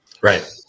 Right